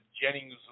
Jennings